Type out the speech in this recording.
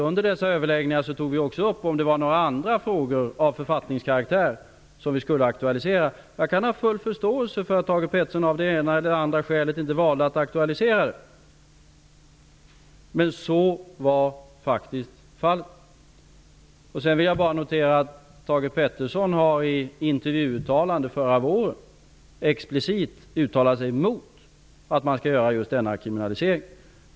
Under dessa överläggningar tog vi också upp om det fanns andra frågor av författningskaraktär som vi skulle aktualisera. Jag kan ha full förståelse för att Thage Peterson av det ena eller det andra skälet valde att inte aktualisera denna fråga. Men så var faktiskt fallet. Sedan vill jag notera att Thage Peterson har i ett intervjuuttalande förra våren explicit uttalat sig mot att man skall göra denna kriminalisering.